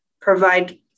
provide